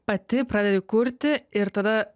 pati pradedi kurti ir tada